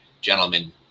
gentlemen